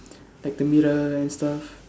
like the mirror and stuff